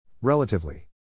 Relatively